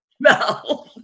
No